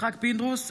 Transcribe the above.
יצחק פינדרוס,